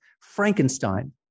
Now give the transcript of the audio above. Frankenstein